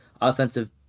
offensive